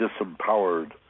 disempowered